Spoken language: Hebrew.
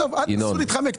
ואל תנסו להתחמק.